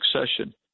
succession